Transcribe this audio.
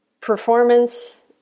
performance